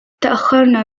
تأخرنا